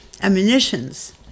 ammunitions